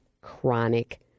chronic